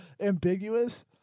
ambiguous